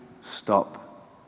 stop